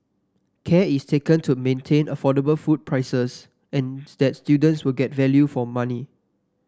care is taken to maintain affordable food prices and that students will get value for money